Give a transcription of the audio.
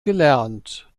gelernt